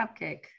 cupcake